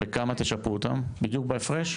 בכמה תשפו אותם בדיוק בהפרש?